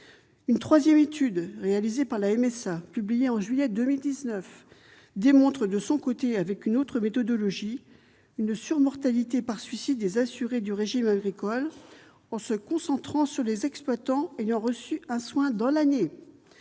Une troisième étude, réalisée par la MSA et publiée en juillet 2019, démontre, avec une autre méthodologie, une surmortalité par suicide des assurés du régime agricole. Centrée sur les assurés ayant reçu un soin dans l'année,